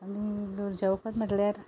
घरचें वखद म्हटल्यार